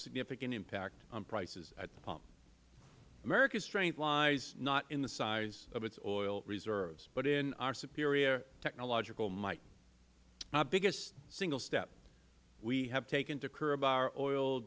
significant impact on prices at the pump america's strength lies not in the size of its oil reserves but in our superior technological might our biggest single step we have taken to curb our oil